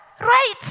right